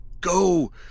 Go